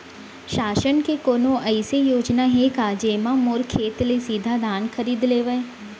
शासन के कोनो अइसे योजना हे का, जेमा मोर खेत ले सीधा धान खरीद लेवय?